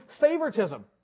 favoritism